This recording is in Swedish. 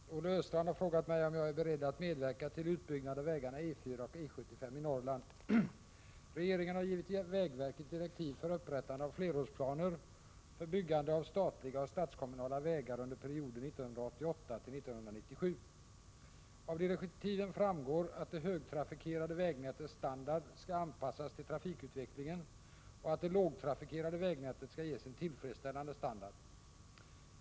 Herr talman! Olle Östrand har frågat mig om jag är beredd att medverka till utbyggnad av vägarna E 4 och E 75 i Norrland. Regeringen har givit vägverket direktiv för upprättande av flerårsplaner för byggande av statliga och statskommunala vägar under perioden 1988 1997. Av direktiven framgår att det högtrafikerade vägnätets standard skall anpassas till trafikutvecklingen och att det lågtrafikerade vägnätet skall ges en tillfredsställande standard.